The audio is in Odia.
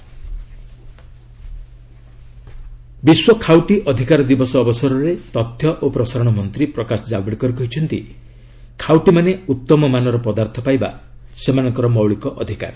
କଞ୍ଜୁମର୍ସ ରାଇଟ୍ସ ଡେ ବିଶ୍ୱ ଖାଉଟି ଅଧିକାର ଦିବସ ଅବସରରେ ତଥ୍ୟ ଓ ପ୍ରସାରଣ ମନ୍ତ୍ରୀ ପ୍ରକାଶ ଜାବଡେକର କହିଛନ୍ତି ଖାଉଟିମାନେ ଉତ୍ତମ ମାନର ପଦାର୍ଥ ପାଇବା ସେମାନଙ୍କର ମୌଳିକ ଅଧିକାର